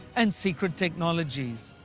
and secret technologies.